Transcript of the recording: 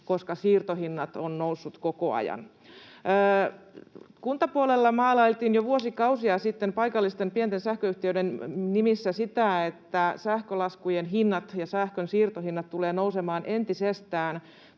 Koska siirtohinnat ovat nousseet koko ajan. Kuntapuolella maalailtiin jo vuosikausia sitten paikallisten pienten sähköyhtiöiden nimissä sitä, että sähkölaskujen hinnat ja sähkön siirtohinnat tulevat nousemaan entisestään